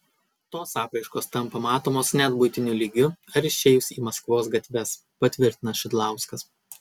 tos apraiškos tampa matomos net buitiniu lygiu ar išėjus į maskvos gatves patvirtina šidlauskas